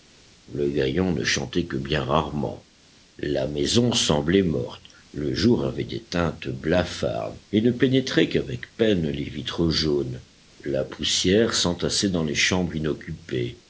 le grillon ne chantait que bien rarement la maison semblait morte le jour avait des teintes blafardes et ne pénétrait qu'avec peine les vitres jaunes la poussière s'entassait dans les chambres inoccupées